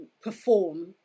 perform